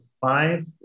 five